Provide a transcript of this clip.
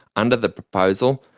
under the proposal,